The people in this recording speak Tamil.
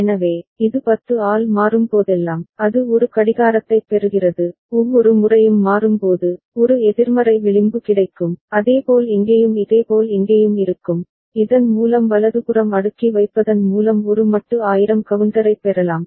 எனவே இது 10 ஆல் மாறும்போதெல்லாம் அது ஒரு கடிகாரத்தைப் பெறுகிறது ஒவ்வொரு முறையும் மாறும்போது ஒரு எதிர்மறை விளிம்பு கிடைக்கும் அதேபோல் இங்கேயும் இதேபோல் இங்கேயும் இருக்கும் இதன் மூலம் வலதுபுறம் அடுக்கி வைப்பதன் மூலம் ஒரு மட்டு 1000 கவுண்டரைப் பெறலாம்